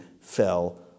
fell